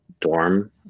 dorm